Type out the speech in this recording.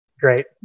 Great